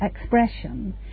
expression